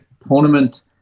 tournament